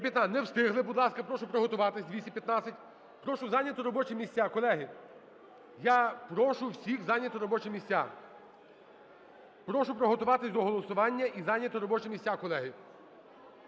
Не встигли. Будь ласка, прошу приготуватись. 215. Прошу зайняти робочі місця. Колеги, я прошу всіх зайняти робочі місця. Прошу приготуватись до голосування і зайняти робочі місця, колеги.